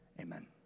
Amen